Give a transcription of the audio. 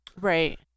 Right